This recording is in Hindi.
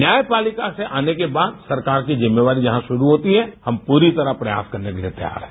न्यायपालिका से आने के बाद सरकार की जिम्मेवारी जहां शुरू होती है हम पूरी तरह से प्रयास करने के लिए तैयार हैं